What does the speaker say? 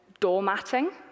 doormatting